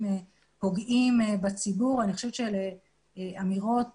פוגעים בציבור - אני חושבת שאלה אמירות